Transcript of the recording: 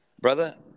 Brother